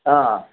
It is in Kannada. ಹಾಂ